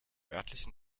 örtlichen